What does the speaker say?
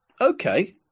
Okay